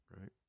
right